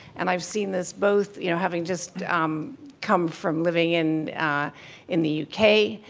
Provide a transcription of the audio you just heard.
and i've seen this both, you know, having just come from living in in the u k.